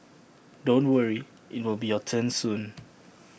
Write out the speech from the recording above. don't worry IT will be your turn soon